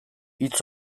hitz